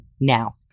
now